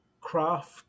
craft